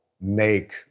make